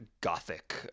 gothic